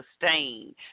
sustain